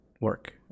work